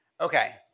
Okay